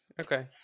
Okay